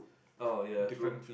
oh ya true